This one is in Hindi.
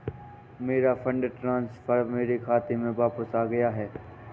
मेरा फंड ट्रांसफर मेरे खाते में वापस आ गया है